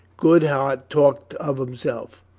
goodhart talked of himself.